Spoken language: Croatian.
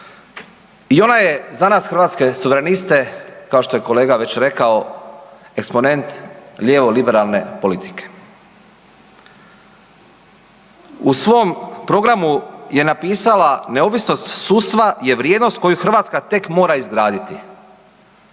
I ona je za nas Hrvatske suvereniste kao što je kolega već rekao eksponent lijevo-liberalne politike. U svom programu je napisala neovisnost sudstva je vrijednost koju Hrvatska tek mora izgraditi.